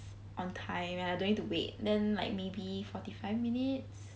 on time and I don't need to wait then like maybe forty five minute